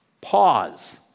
Pause